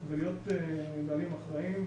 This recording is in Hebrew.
ולהיות בעלים אחראיים,